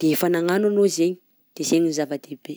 defa nagnano enao zegny de zegny zava-dehibe.